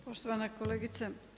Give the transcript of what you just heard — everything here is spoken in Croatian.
Poštovana kolegice.